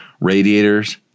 radiators